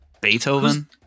Beethoven